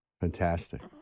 fantastic